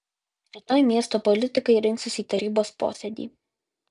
rytoj miesto politikai rinksis į tarybos posėdį